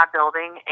building